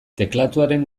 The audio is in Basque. teklatuaren